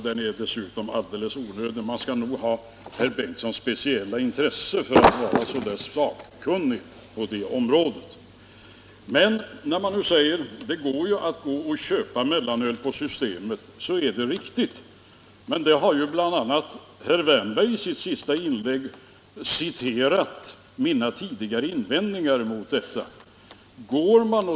Den är dessutom alldeles onödig - man skall nog ha herr Bengtsons speciella intresse för att vara så sakkunnig på det området. När det nu sägs att det blir möjligt att köpa mellanöl på systemet, så är det riktigt. Men herr Wärnberg har i sitt senaste inlägg citerat mina tidigare invändningar på den punkten.